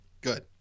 Good